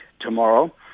tomorrow